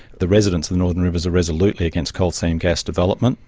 the residents of the northern rivers are resolutely against coal seam gas development.